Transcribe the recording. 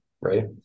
right